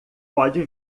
pode